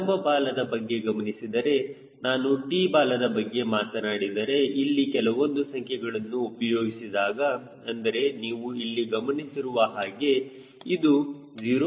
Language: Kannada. ಲಂಬ ಬಾಲದ ಬಗ್ಗೆ ಗಮನಿಸಿದರೆ ನಾನು T ಬಾಲದ ಬಗ್ಗೆ ಮಾತನಾಡಿದರೆ ಇಲ್ಲಿ ಕೆಲವೊಂದು ಸಂಖ್ಯೆಗಳನ್ನು ಉಪಯೋಗಿಸಿದಾಗ ಅಂದರೆ ನೀವು ಇಲ್ಲಿ ಗಮನಿಸಿರುವ ಹಾಗೆ ಇದು 0